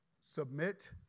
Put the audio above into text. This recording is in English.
submit